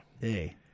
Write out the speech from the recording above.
Hey